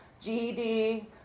GED